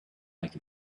like